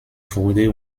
wurde